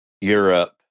Europe